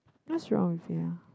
what's wrong with it ah